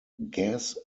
gas